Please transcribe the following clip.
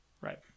right